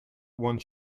one